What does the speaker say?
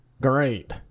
Great